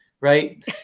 right